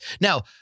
Now